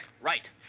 Right